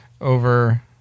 over